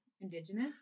Indigenous